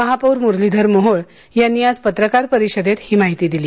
महापौर मुरलीधर मोहोळ यांनी आज पत्रकार परिषदेत ही माहिती दिली